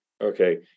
Okay